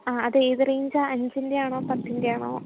അത് ഏത് റേഞ്ച് ആണ് അഞ്ചിൻ്റെ ആണോ പത്തിൻ്റെ ആണോ